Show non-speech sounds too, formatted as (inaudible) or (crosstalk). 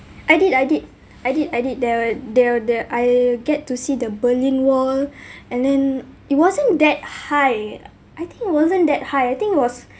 I did I did I did I did there are there are there I get to see the berlin wall (breath) and then it wasn't that high I think wasn't that high I think was